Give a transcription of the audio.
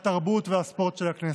התרבות והספורט של הכנסת.